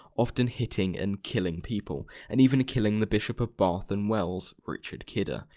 often hitting and killing people, and even killing the bishop of bath and wells richard kidder.